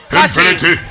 infinity